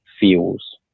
feels